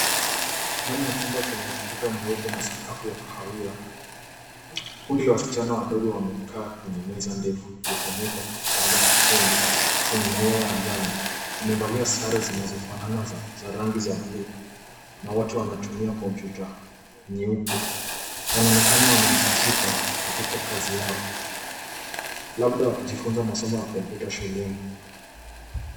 Ndani ya chumba chenye ukuta mweupe na sakafu ya kahawia. Kundi la wasichana wadogo wamekaa kwenye meza ndefu iliyofunikwa kwa kitambaa chekundu chenye maua ya njano. Wamevalia sare zinazofanana za rangi za bluu na wote wanatumia kompyuta nyeupe. Wanaonekana wamejikita katika kazi yao labda wakijifunza masomo ya kompyuta shuleni.